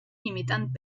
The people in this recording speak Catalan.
imitant